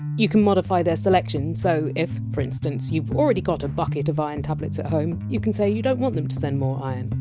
you can modify their selection, so if for instance you! ve already got a bucket of iron tablets at home, you can say you don want them to send iron.